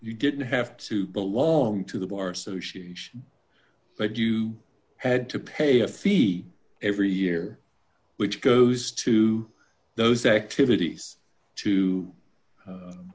you didn't have to belong to the bar association that you had to pay a fee every year which goes to those activities to